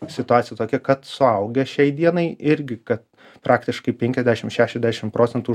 situacija tokia kad suaugę šiai dienai irgi kad praktiškai penkiadešim šešiadešim procentų